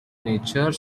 nature